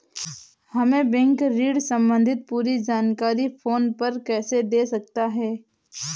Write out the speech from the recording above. हमें बैंक ऋण संबंधी पूरी जानकारी फोन पर कैसे दे सकता है?